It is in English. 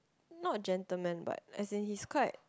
not gentleman but as in he's quite